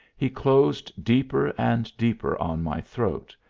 he closed deeper and deeper on my throat,